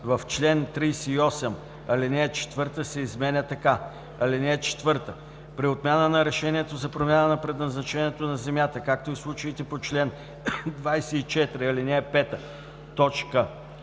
В чл. 38 ал. 4 се изменя така: „(4) При отмяна на решението за промяна на предназначението на земята, както и в случаите по чл. 24, ал. 5, т.